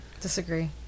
Disagree